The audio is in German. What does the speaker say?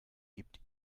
gibt